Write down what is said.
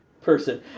person